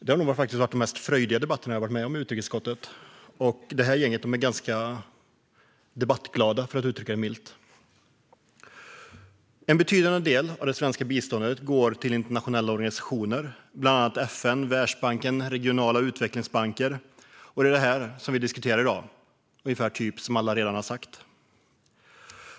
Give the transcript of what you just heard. Det har nog faktiskt varit en av de mest frejdiga debatter jag varit med om i utrikesutskottet - och då är medlemmarna i det här gänget ändå ganska debattglada, för att uttrycka det milt. En betydande del av det svenska biståndet går till internationella organisationer, bland annat FN, Världsbanken och regionala utvecklingsbanker. Det är detta vi diskuterar i dag, vilket typ alla redan har sagt.